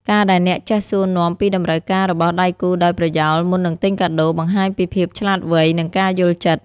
ការដែលអ្នកចេះសួរនាំពីតម្រូវការរបស់ដៃគូដោយប្រយោលមុននឹងទិញកាដូ បង្ហាញពីភាពឆ្លាតវៃ និងការយល់ចិត្ត។